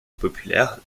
populaire